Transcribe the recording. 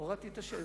הורדתי את השאלה.